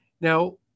Now